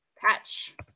patch